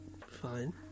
fine